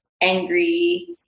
angry